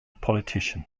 politician